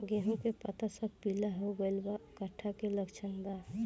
गेहूं के पता सब पीला हो गइल बा कट्ठा के लक्षण बा?